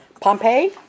Pompeii